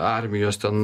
armijos ten